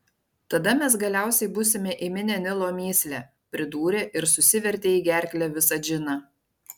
tada mes galiausiai būsime įminę nilo mįslę pridūrė ir susivertė į gerklę visą džiną